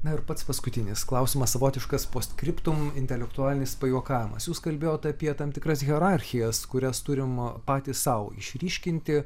na ir pats paskutinis klausimas savotiškas post scriptum intelektualinis pajuokavimas jūs kalbėjot apie tam tikras hierarchijas kurias turime patys sau išryškinti